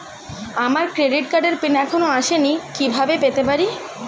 আমার ক্রেডিট কার্ডের পিন এখনো আসেনি কিভাবে পেতে পারি?